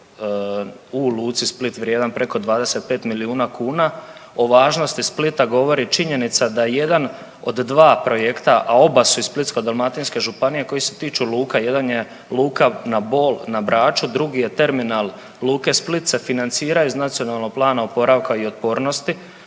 u luci Split vrijedan preko 25 milijuna kuna. O važnosti Splita govori činjenica da je jedan od dva projekta, a oba su iz Splitsko-dalmatinske županija koji se tiču luka, jedan je luka na Bol na Braču, drugi je terminal luke Split, se financiraju iz NPOO-a i za to su